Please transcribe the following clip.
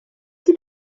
chi